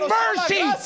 mercy